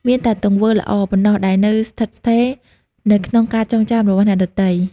មានតែ ទង្វើល្អ ប៉ុណ្ណោះដែលនៅស្ថិតស្ថេរនៅក្នុងការចងចាំរបស់អ្នកដទៃ។